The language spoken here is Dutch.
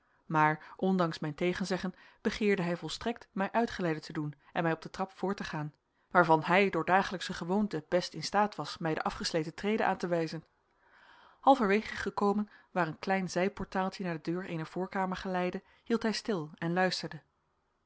maar ondanks mijn tegenzeggen begeerde hij volstrekt mij uitgeleide te doen en mij op de trap voor te gaan waarvan hij door dagelijksche gewoonte best in staat was mij de afgesleten treden aan te wijzen halverwegen gekomen waar een klein zijportaaltje naar de deur eener voorkamer geleidde hield hij stil en luisterde